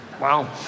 wow